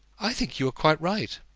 i think you are quite right.